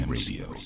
Radio